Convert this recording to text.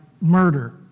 murder